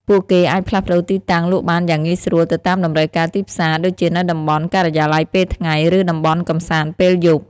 ពួកគេអាចផ្លាស់ប្តូរទីតាំងលក់បានយ៉ាងងាយស្រួលទៅតាមតម្រូវការទីផ្សារ ដូចជានៅតំបន់ការិយាល័យពេលថ្ងៃ ឬតំបន់កម្សាន្តពេលយប់។